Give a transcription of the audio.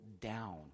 down